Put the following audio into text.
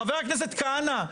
חבר הכנסת כהנא,